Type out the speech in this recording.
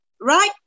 right